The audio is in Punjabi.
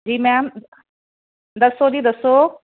ਜੀ ਮੈਮ ਦੱਸੋ ਜੀ ਦੱਸੋ